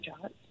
jobs